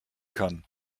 kann